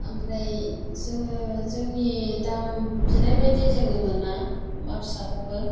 ओमफ्राय जोङो जोंनि दाम बिनाय बायदि जोङो मोना अमा फिसाखौबो